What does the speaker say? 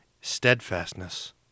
steadfastness